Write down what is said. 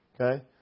Okay